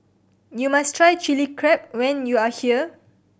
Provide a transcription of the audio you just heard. you must try Chilli Crab when you are here